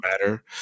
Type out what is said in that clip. Matter